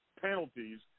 penalties